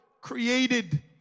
created